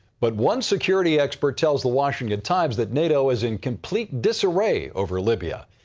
but one security expert tells the washington times that nato is in complete disarray over libya.